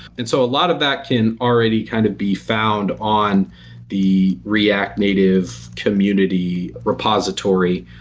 and so a lot of that can already kind of be found on the react native community repository.